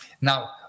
Now